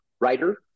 writer